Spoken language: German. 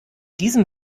diesem